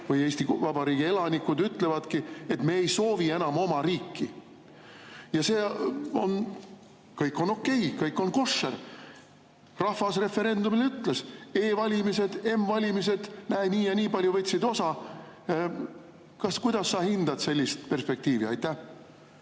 või Eesti Vabariigi elanikud ütlevadki, et nad ei soovi enam oma riiki. Ja see kõik on okei, kõik on koššer, rahvas referendumil ütles. E‑valimised, m‑valimised, näe, nii ja nii palju võtsid osa! Kuidas sa hindad sellist perspektiivi? Aitäh,